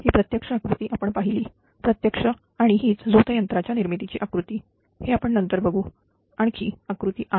ही प्रत्यक्ष आकृती आपण पाहिली प्रत्यक्ष आणि हीच झोत यंत्राच्या निर्मितीची आकृतीहे आपण नंतर बघू आणखी आकृती 8